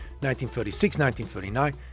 1936-1939